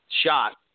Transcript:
shot